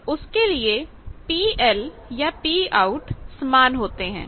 तो उसके लिए PL या Pout समान होते हैं